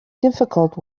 difficult